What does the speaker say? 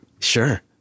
Sure